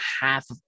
half